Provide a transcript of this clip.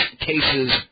cases